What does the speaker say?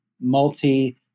multi